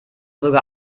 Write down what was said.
sogar